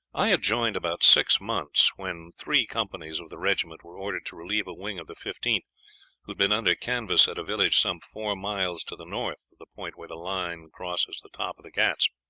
i had joined about six months when three companies of the regiment were ordered to relieve a wing of the fifteenth, who had been under canvas at a village some four miles to the north of the point where the line crosses the top of the ghauts.